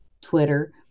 Twitter